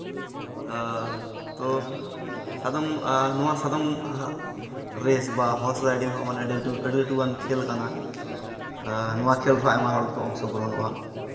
ᱛᱳ ᱥᱟᱫᱚᱢ ᱱᱚᱣᱟ ᱥᱟᱫᱚᱢ ᱨᱮᱹᱥ ᱵᱟ ᱦᱚᱨᱥ ᱨᱟᱭᱰᱤᱝ ᱦᱚᱸ ᱟᱹᱰᱤ ᱞᱟᱹᱴᱩᱣᱟᱱ ᱠᱷᱮᱹᱞ ᱠᱟᱱᱟ ᱱᱚᱣᱟ ᱠᱷᱮᱞ ᱨᱮ ᱟᱭᱢᱟ ᱦᱚᱲ ᱜᱮᱠᱚ ᱚᱝᱥᱚᱜᱨᱚᱦᱚᱱᱚᱜᱼᱟ